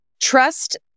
trust